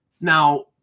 now